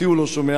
אותי הוא לא שומע,